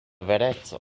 vereco